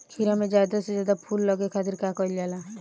खीरा मे ज्यादा से ज्यादा फूल लगे खातीर का कईल जाला?